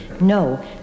No